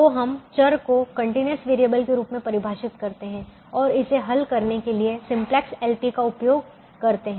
तो हम चर को कंटीन्यूअस वेरिएबल के रूप में परिभाषित करते हैं और इसे हल करने के लिए सिंप्लेक्स LP का उपयोग करते हैं